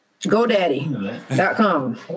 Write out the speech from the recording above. GoDaddy.com